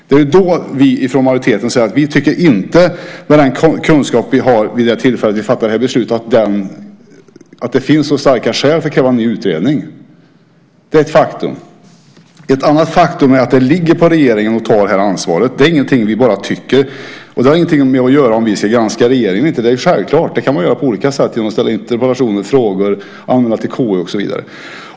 Det är då vi från majoritetens sida säger att det med den kunskap som vi har vid det tillfället då vi ska fatta beslut inte finns så starka skäl för att kräva en ny utredning. Det är ett faktum. Ett annat faktum är att det ligger på regeringen att ta det här ansvaret. Det är ingenting som vi bara tycker, och det har ingenting att göra med om vi ska granska regeringen eller inte. Det är ju självklart, det kan man göra på olika sätt genom att ställa interpellationer och frågor, anmäla till KU och så vidare.